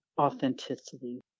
authenticity